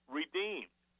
redeemed